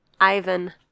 Ivan